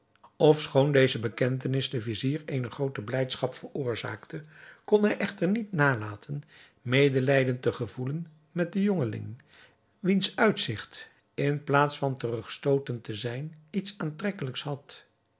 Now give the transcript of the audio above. ofschoon deze bekentenis den vizier eene groote blijdschap veroorzaakte kon hij echter niet nalaten medelijden te gevoelen met den jongeling wiens uitzigt in plaats van terugstootend te zijn iets aantrekkelijks had